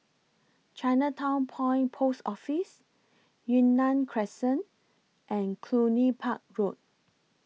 Chinatown Point Post Office Yunnan Crescent and Cluny Park Road